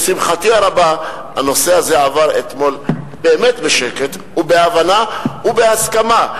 לשמחתי הרבה הנושא הזה עבר אתמול באמת בשקט ובהבנה ובהסכמה.